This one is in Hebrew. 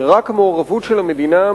רק מעורבות של המדינה,